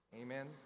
Amen